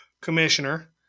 commissioner